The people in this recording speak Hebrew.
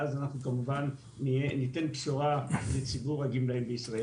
ואז אנחנו כמובן ניתן בשורה לציבור הגמלאים בישראל.